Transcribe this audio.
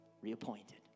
reappointed